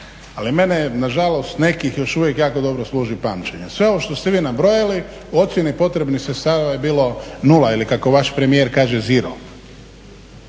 Ali mene na žalost nekih još uvijek jako dobro služi pamćenje. Sve ovo što ste vi nabrojili u ocjeni potrebnih sredstava je bilo nula ili kako vaš premijer kaže ziro.